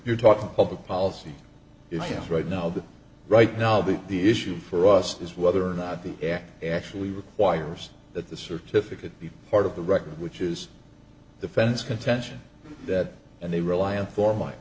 you're talking public policy yes right now that right now but the issue for us is whether or not the act actually requires that the certificate be part of the record which is the fence contention that and they rely on for mine